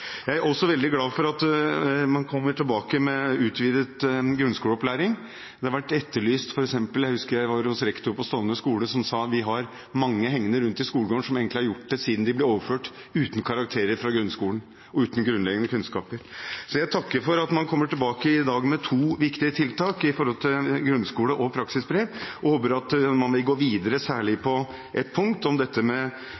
Jeg er også veldig glad for at man kommer tilbake med utvidet grunnskoleopplæring. Det har vært etterlyst. Jeg husker jeg var hos rektor på Stovner skole, som sa at vi har mange hengende rundt skolegården som egentlig har gjort det siden de gikk ut uten karakterer fra grunnskolen og uten grunnleggende kunnskaper. Jeg takker for at man kommer tilbake i dag med to viktige tiltak når det gjelder grunnskole og praksisbrev, og håper at man vil gå videre særlig